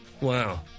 Wow